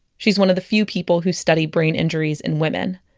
she's one of the few people who study brain injuries in women.